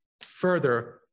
further